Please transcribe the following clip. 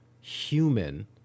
human